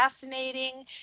fascinating